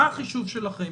מה החישוב שלכם?